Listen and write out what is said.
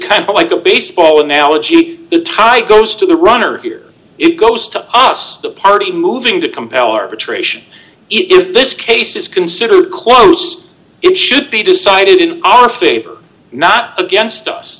kind of like a baseball d analogy it tie goes to the runner here it goes to us the party moving to compel arbitration if this case is considered close it should be decided in our favor not against us